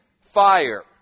fire